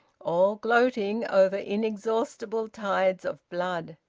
all gloating over inexhaustible tides of blood.